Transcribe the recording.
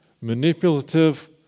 manipulative